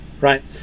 Right